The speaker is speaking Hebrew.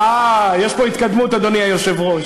יש פה התקדמות, אדוני היושב-ראש.